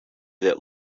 that